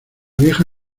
vieja